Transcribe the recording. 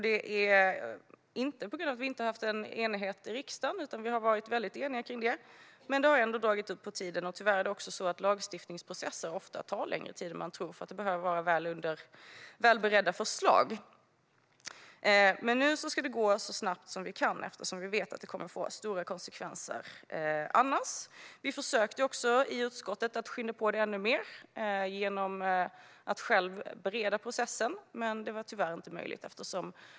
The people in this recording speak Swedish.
Det är inte så att vi inte har haft en enighet i riksdagen - vi har snarare varit väldigt eniga om detta - men det har ändå dragit ut på tiden. Tyvärr är det så att lagstiftningsprocesser ofta tar längre tid än man tror, eftersom förslagen behöver vara väl beredda. Nu ska det dock gå så snabbt som möjligt, eftersom vi vet att det annars kommer att få stora konsekvenser. Vi försökte också i utskottet att skynda på det ännu mer genom att själva sköta beredningsprocessen, men det var tyvärr inte möjligt.